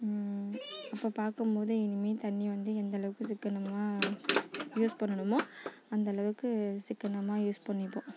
அப்போ பார்க்கும் போதே இனிமேல் தண்ணி வந்து எந்த அளவுக்கு சிக்கனமாக யூஸ் பண்ணணுமோ அந்த அளவுக்கு சிக்கனமாக யூஸ் பண்ணிப்போம்